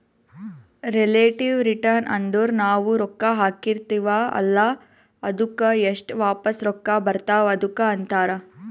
relative return ಅಂದುರ್ ನಾವು ರೊಕ್ಕಾ ಹಾಕಿರ್ತಿವ ಅಲ್ಲಾ ಅದ್ದುಕ್ ಎಸ್ಟ್ ವಾಪಸ್ ರೊಕ್ಕಾ ಬರ್ತಾವ್ ಅದುಕ್ಕ ಅಂತಾರ್